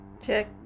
Check